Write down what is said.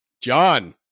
John